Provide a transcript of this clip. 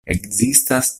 ekzistas